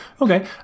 Okay